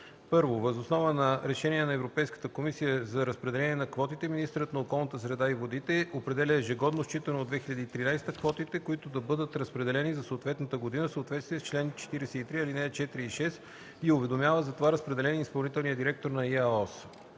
(1) Въз основа на решение на Европейската комисия за разпределение на квотите министърът на околната среда и водите определя ежегодно считано от 2013 г. квотите, които да бъдат разпределени за съответната година в съответствие с чл. 43, ал. 4 и 6 и уведомява за това разпределение изпълнителния директор на ИАОС.